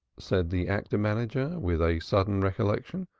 said the actor-manager, with a sudden recollection,